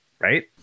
right